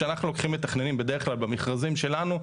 כשאנחנו לוקחים מתכננים בדרך כלל במכרזים שלנו,